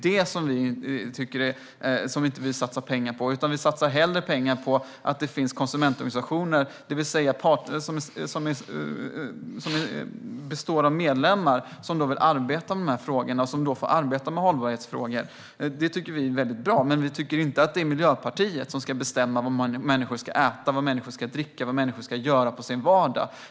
Detta vill vi inte satsa pengar på. Vi satsar hellre pengar på att det finns konsumentorganisationer, det vill säga parter som består av medlemmar, som vill arbeta med hållbarhetsfrågor. Detta är bra, enligt oss. Vi tycker dock inte att Miljöpartiet ska bestämma vad människor ska äta, dricka eller göra i sin vardag.